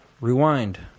Rewind